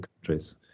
countries